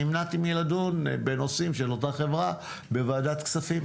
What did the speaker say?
נמנעתי מלדון בנושאים של אותה חברה בוועדת כספים,